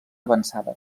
avançada